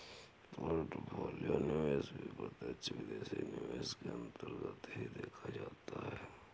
portfolio निवेश भी प्रत्यक्ष विदेशी निवेश के अन्तर्गत ही देखा जाता है